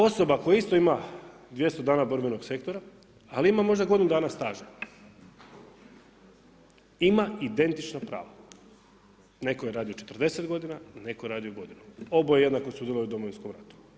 Osoba koja isto ima 200 dana borbenog sektora ali ima možda godinu dana staža ima identično pravo, netko je radio 40 godina, netko je radio godinu, oboje jednako sudjeluje u Domovinskom ratu.